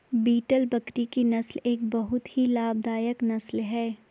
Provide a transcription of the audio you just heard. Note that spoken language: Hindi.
बीटल बकरी की नस्ल एक बहुत ही लाभदायक नस्ल है